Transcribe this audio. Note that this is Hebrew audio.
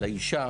לאישה,